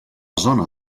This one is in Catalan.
zona